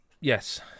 yes